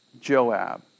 Joab